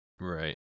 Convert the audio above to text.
Right